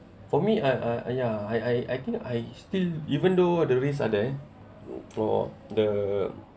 for me I I ya I I think I still even though the risks are there for the